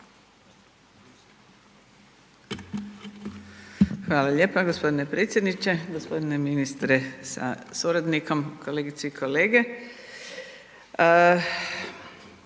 Hvala lijepa. Gospodine predsjedniče, gospodine ministre sa suradnikom, kolegice i kolege.